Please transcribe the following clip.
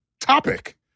topic